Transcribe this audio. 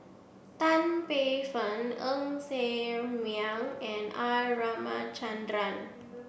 Tan Paey Fern Ng Ser Miang and R Ramachandran